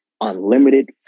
Unlimited